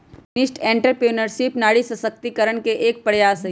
feminist entrepreneurship नारी सशक्तिकरण के एक प्रयास हई